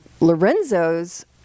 Lorenzo's